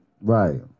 Right